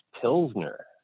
Pilsner